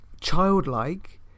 childlike